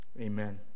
amen